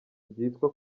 byitwa